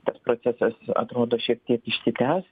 tas procesas atrodo šiek tiek išsitęs